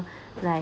like